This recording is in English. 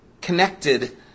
connected